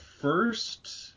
first